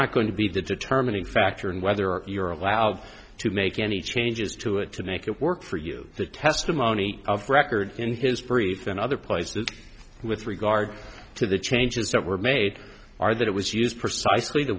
not going to be the determining factor in whether you're allowed to make any changes to it to make it work for you the testimony of record in his brief and other places with regard to the changes that were made are that it was used precisely the